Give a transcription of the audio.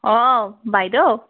অঁ বাইদেউ